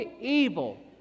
evil